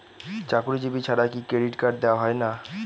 চাকুরীজীবি ছাড়া কি ক্রেডিট কার্ড দেওয়া হয় না?